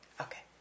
Okay